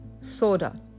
soda